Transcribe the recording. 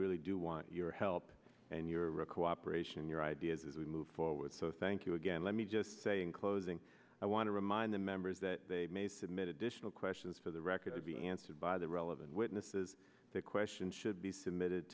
really do want your help and your cooperation your ideas as we move forward so thank you again let me just say in closing i want to remind the members that they may submit additional questions for the record to be answered by the relevant witnesses the question should be submitted